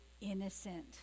innocent